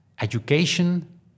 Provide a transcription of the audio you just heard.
education